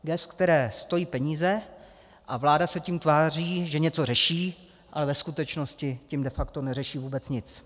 Gest, která stojí peníze, a vláda se tím tváří, že něco řeší, ale ve skutečnosti tím de facto neřeší vůbec nic.